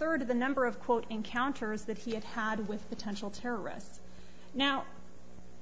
of the number of quote encounters that he had had with potential terrorists now